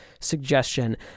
suggestion